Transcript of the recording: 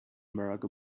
barack